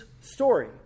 story